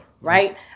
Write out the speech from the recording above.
right